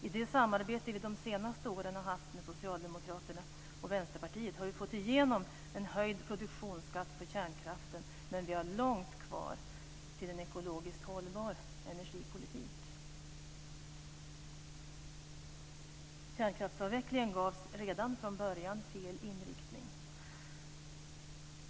I det samarbete vi de senaste åren har haft med Socialdemokraterna och Vänsterpartiet har vi fått igenom en höjd produktionsskatt på kärnkraften, men vi har långt kvar till en ekologiskt hållbar energipolitik. Kärnkraftsavvecklingen gavs redan från början fel inriktning.